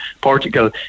Portugal